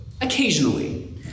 Occasionally